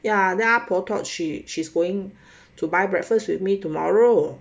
ya then ah po thought she's going to buy breakfast with me tomorrow